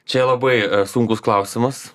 čia labai sunkus klausimas